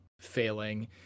failing